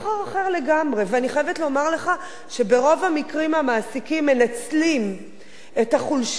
אני חייבת לומר לך שברוב המקרים המעסיקים מנצלים את החולשה של העובדת